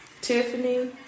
Tiffany